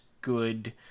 good